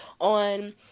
on